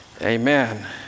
amen